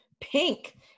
Pink